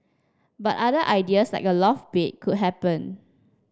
but other ideas like a loft be could happen